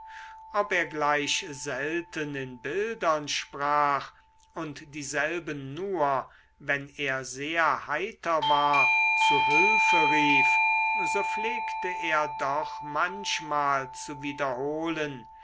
ob er gleich selten in bildern sprach und dieselben nur wenn er sehr heiter war zu hülfe rief so pflegte er doch manchmal zu wiederholen